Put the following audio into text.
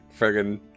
friggin